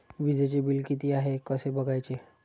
वीजचे बिल किती आहे कसे बघायचे?